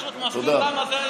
אני פשוט מסביר למה זה מוצדק.